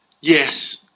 Yes